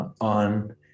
on